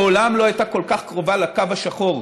ומעולם לא הייתה קרובה כל כך לקו השחור